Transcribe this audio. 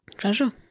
Treasure